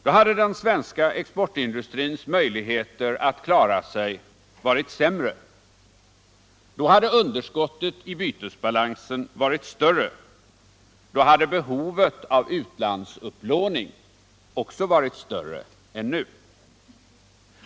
Då hade den svenska exportindustrins möjligheter att klara sig varit sämre. Då hade underskottet i bytesbalansen varit större. Då hade behovet av utlandsupplåning också varit större än nu.